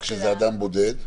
וכשזה אדם בודד?